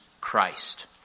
Christ